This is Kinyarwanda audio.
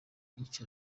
iyicwa